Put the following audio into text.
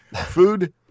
food